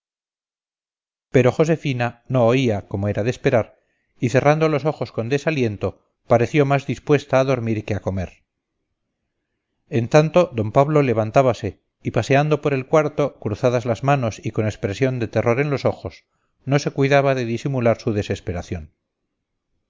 pero josefina no oía como era de esperar y cerrando los ojos con desaliento pareció más dispuesta a dormir que a comer en tanto d pablo levantábase y paseando por el cuarto cruzadas las manos y con expresión de terror en los ojos no se cuidaba de disimular su desesperación